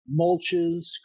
mulches